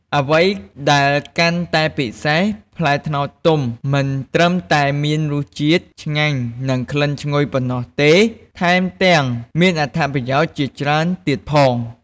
អ្វីដែលកាន់តែពិសេស ផ្លែត្នោតទុំ មិនត្រឹមតែមានរសជាតិឆ្ងាញ់ និងក្លិនឈ្ងុយប៉ុណ្ណោះទេ ថែមទាំងមានអត្ថប្រយោជន៍ជាច្រើនទៀតផង។